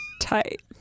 Tight